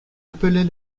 appelait